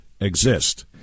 exist